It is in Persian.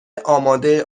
آماده